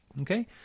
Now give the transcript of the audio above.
Okay